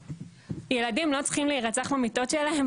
ילדים לא צריכים להירצח במיטות שלהם,